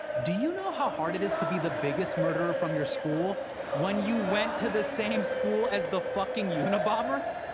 do you know hard it is to be the biggest murderer from your school when you went to the same school as the fucking unabomber?